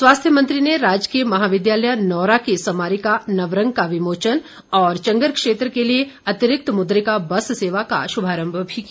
स्वास्थ्य मंत्री ने राजकीय महाविद्यालय नौरा की स्मारिका नवरंग का विमोचन और चंगर क्षेत्र के लिए अतिरिक्त मुद्रिका बस सेवा का शुभारंभ भी किया